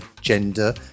gender